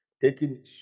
taking